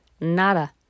Nada